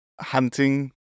hunting